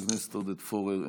חבר הכנסת עודד פורר,